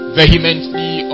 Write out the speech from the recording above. vehemently